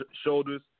shoulders